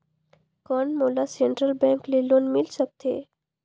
कौन मोला central bank ले लोन मिल सकथे?